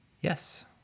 Yes